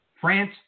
France